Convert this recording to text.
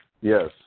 Yes